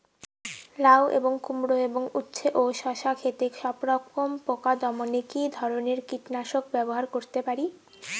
লাউ এবং কুমড়ো এবং উচ্ছে ও শসা ক্ষেতে সবরকম পোকা দমনে কী ধরনের কীটনাশক ব্যবহার করতে পারি?